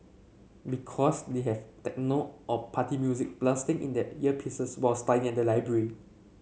because they have techno or party music blasting in their earpieces while studying at the library